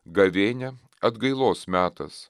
gavėnia atgailos metas